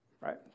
right